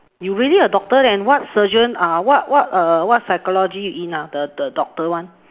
you really a doctor then what surgeon uh what what err what psychology you in ah the the doctor one